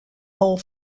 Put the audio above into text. hole